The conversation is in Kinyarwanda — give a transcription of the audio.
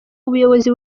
ubuyobozi